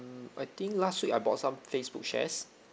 mm I think last week I bought some facebook shares